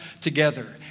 together